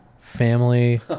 family